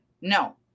no